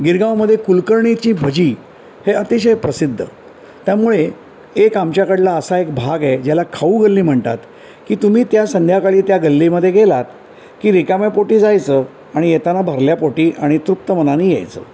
गिरगावमध्ये कुलकर्णीची भजी हे अतिशय प्रसिद्ध त्यामुळे एक आमच्याकडला असा एक भाग आहे ज्याला खाऊ गल्ली म्हणतात की तुम्ही त्या संध्याकाळी त्या गल्लीमध्ये गेलात की रिकाम्या पोटी जायचं आणि येताना भरल्या पोटी आणि तृप्तमनानी यायचं